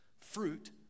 Fruit